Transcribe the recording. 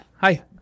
Hi